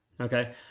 Okay